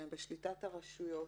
שהם בשליטת הרשויות